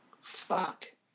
fuck